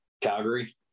Calgary